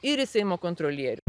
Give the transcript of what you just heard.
ir į seimo kontrolierių